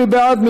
מי בעד?